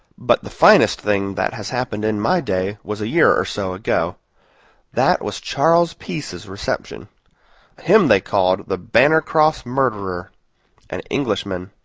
but the finest thing that has happened in my day was a year or so ago that was charles peace's reception him they called the bannercross murderer' an englishman.